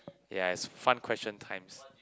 yea is fun question times